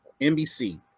nbc